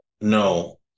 no